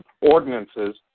ordinances